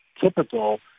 typical